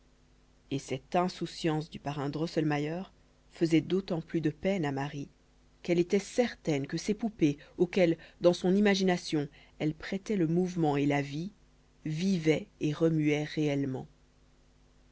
et cette insouciance du parrain drosselmayer faisait d'autant plus de peine à marie qu'elle était certaine que ces poupées auxquelles dans son imagination elle prêtait le mouvement et la vie vivaient et remuaient réellement